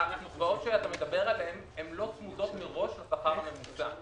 הקצבאות שאתה מדבר עליהן הן לא צמודות מראש לשכר הממוצע.